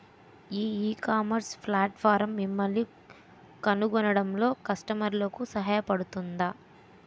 ఈ ecommerce platform మిమ్మల్ని కనుగొనడంలో కస్టమర్లకు సహాయపడుతుందా?